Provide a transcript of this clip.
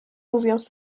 mówiąc